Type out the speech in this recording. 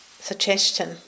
suggestion